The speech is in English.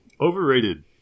Overrated